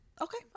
Okay